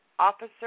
Officer